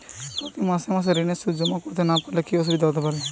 প্রতি মাসে মাসে ঋণের সুদ জমা করতে না পারলে কি অসুবিধা হতে পারে?